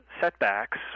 setbacks